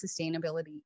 sustainability